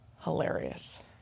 Hilarious